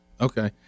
Okay